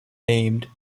named